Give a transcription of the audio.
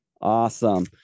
Awesome